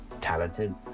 talented